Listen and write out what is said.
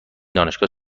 دانشگاه